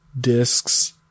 discs